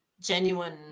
genuine